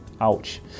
Ouch